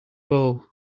bow